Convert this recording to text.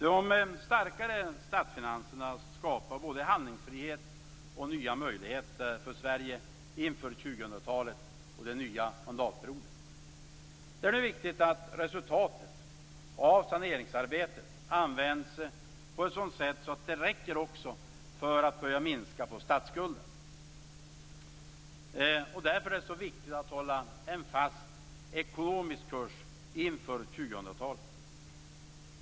De starkare statsfinanserna skapar både handlingsfrihet och nya möjligheter för Sverige inför 2000-talet och den nya mandatperioden. Det är nu viktigt att resultatet av saneringsarbetet hanteras på ett sådant sätt att det också räcker för att börja minska statsskulden. Därför är det mycket viktigt att hålla en fast ekonomisk kurs inför 2000-talet.